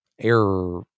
error